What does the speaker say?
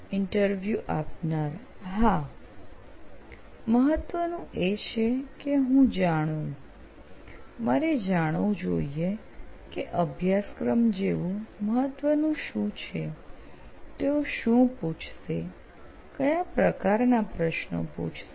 interview આપનાર હા મહત્ત્વનું એ છે કે હું જાણું મારે જાણવું જોઈએ કે અભ્યાસક્રમ જેવું મહત્વનું શું છે તેઓ શું પૂછશે કયા પ્રકારના પ્રશ્નો પૂછશે